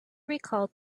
recalled